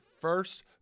first